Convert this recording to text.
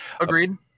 Agreed